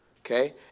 okay